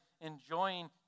enjoying